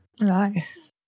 Nice